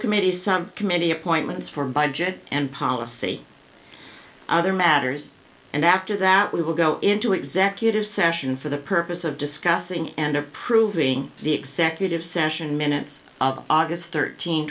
committees some committee appointments for budget and policy other matters and after that we will go into executive session for the purpose of discussing and approving the executive session minutes of august thirteen